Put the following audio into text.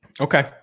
Okay